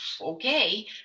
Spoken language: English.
okay